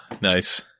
nice